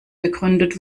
gegründet